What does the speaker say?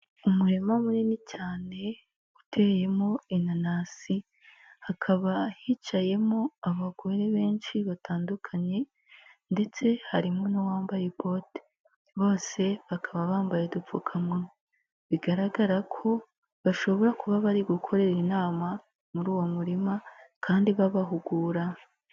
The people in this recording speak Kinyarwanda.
Umurima munini cyane, uteyemo inanasi. Hakaba hicayemo abagore benshi batandukanye, ndetse harimo n'uwambaye bote. Bose bakaba bambaye udupfukamunwa. Bigaragara ko, bashobora kuba bari gukorera inama muri uwo murima kandi babahugura.